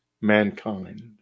mankind